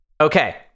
okay